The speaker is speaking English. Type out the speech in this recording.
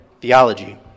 theology